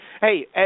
Hey